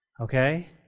Okay